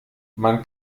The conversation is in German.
man